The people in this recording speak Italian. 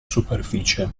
superficie